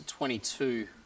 22